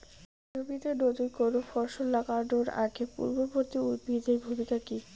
জমিতে নুতন কোনো ফসল লাগানোর আগে পূর্ববর্তী উদ্ভিদ এর ভূমিকা কি?